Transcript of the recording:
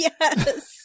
Yes